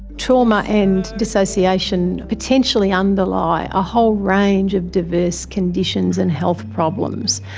trauma and disassociation potentially underlie a whole range of diverse conditions and health problems.